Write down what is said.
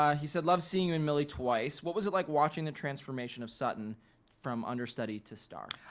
um he said love seeing you in millie twice. what was it like watching the transformation of sutton from understudy to star?